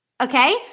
Okay